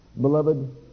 Beloved